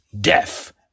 death